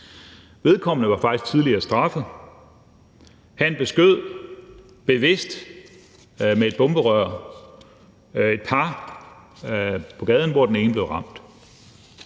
Vedkommende var faktisk tidligere straffet. Han beskød bevidst et par med et bomberør på gaden, og den ene af dem blev ramt.